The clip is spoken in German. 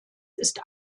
ist